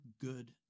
good